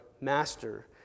master